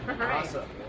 Awesome